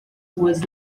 was